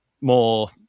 more